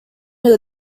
will